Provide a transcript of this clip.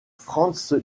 franz